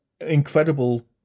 incredible